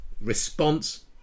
response